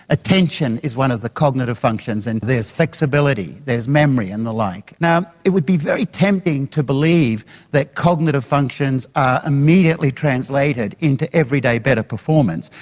attention is one of the cognitive functions, and there is flexibility, there's memory and the like. now, it would be very tempting to believe that cognitive functions are immediately translated into everyday better performance,